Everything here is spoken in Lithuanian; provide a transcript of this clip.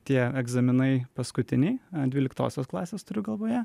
tie egzaminai paskutiniai dvyliktosios klasės turiu galvoje